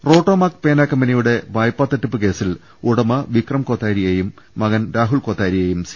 റോട്ടോമാക് പേന കമ്പനിയുടെ വായ്പാ തട്ടിപ്പ് കേസിൽ ഉടമ വിക്രം കോത്താരിയെയും മകൻ രാഹുൽ കോത്താരി യെയും സി